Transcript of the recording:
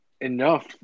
enough